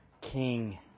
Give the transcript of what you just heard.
King